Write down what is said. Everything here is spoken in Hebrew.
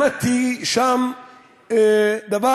למדתי שם דבר,